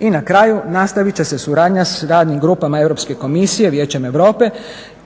I na kraju nastaviti će se suradnja sa radnim grupama Europske komisije, vijećem Europe